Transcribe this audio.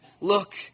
look